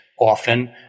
often